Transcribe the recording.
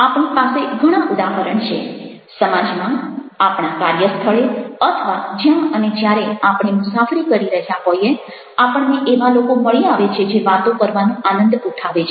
આપણી પાસે ઘણા ઉદાહરણ છે સમાજમાં આપણા કાર્યસ્થળે અથવા જ્યાં અને જ્યારે આપણે મુસાફરી કરી રહ્યા હોઈએ આપણને એવા લોકો મળી આવે છે જે વાતો કરવાનો આનંદ ઉઠાવે છે